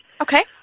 Okay